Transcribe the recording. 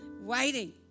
waiting